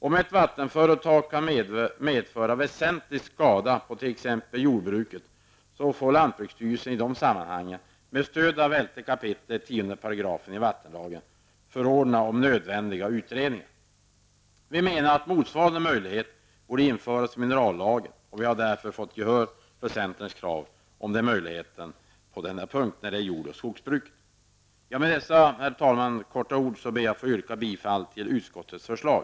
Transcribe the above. Om ett vattenföretag kan medföra väsentlig skada på t.ex. jordbruket får lantbruksstyrelsen, med stöd av 11 kap. 10 § i vattenlagen, förordna om nödvändiga utredningar. Motsvarande möjlighet borde enligt vår mening införas i minerallagen, och vi har fått gehör för centerns krav om denna möjlighet för lantbruksstyrelsen när det gäller jord och skogsbruket. Herr talman! Med dessa ord i all korthet ber jag att få yrka bifall till utskottets förslag.